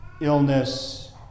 illness